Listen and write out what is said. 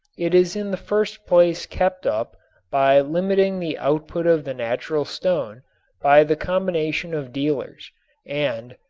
it is in the first place kept up by limiting the output of the natural stone by the combination of dealers and,